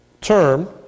term